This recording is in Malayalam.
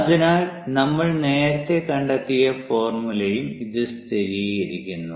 അതിനാൽ നമ്മൾ നേരത്തെ കണ്ടെത്തിയ ഫോർമുലയും ഇത് സ്ഥിരീകരിക്കുന്നു